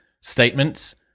Statements